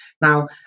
Now